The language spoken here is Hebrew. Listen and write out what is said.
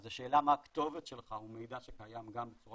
אז השאלה מה הכתובת שלך הוא מידע שקיים גם בצורה